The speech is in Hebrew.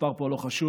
המספר פה לא חשוב,